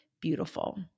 beautiful